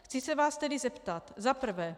Chci se vás tedy zeptat za prvé: